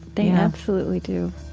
they absolutely do